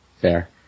Fair